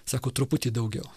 sako truputį daugiau